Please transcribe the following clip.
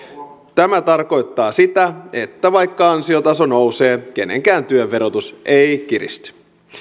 tämä tarkoittaa sitä että vaikka ansiotaso nousee kenenkään työn verotus ei kiristy